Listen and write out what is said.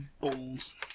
Balls